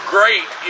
Great